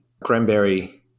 Cranberry